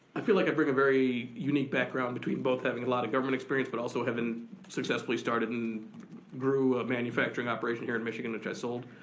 i feel like i bring a very unique background between both having a lot of government experience but also havin' successfully started and grew a manufacturing operation here in michigan, which i sold.